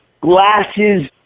glasses